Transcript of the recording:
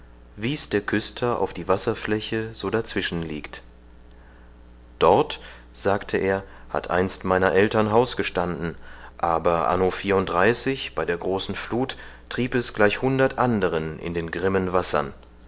wies der küster auf die wasserfläche so dazwischen liegt dort sagte er hat einst meiner eltern haus gestanden aber anno bei der großen fluth trieb es gleich hundert anderen in den grimmen wassern